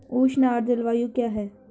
उष्ण आर्द्र जलवायु क्या है?